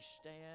stand